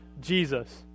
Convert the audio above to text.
Jesus